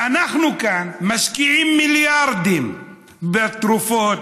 ואנחנו כאן משקיעים מיליארדים בתרופות,